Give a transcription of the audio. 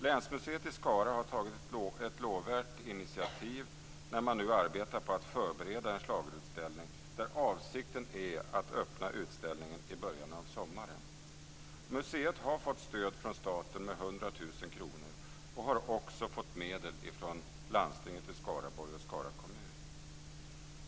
Länsmuseet i Skara har tagit ett lovvärt initiativ när man nu arbetar på att förbereda en schlagerutställning. Avsikten är att öppna utställningen i början av sommaren. Museet har fått stöd från staten med 100 000 kr och har också fått medel från Landstinget Skaraborg och Skara kommun.